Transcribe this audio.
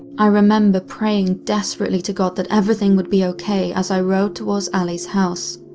i remember praying desperately to god that everything would be okay as i rode towards allie's house.